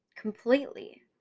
completely